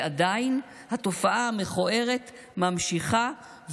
ועדיין התופעה המכוערת נמשכת,